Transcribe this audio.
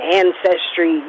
ancestry